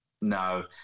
No